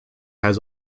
has